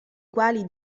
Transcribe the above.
quali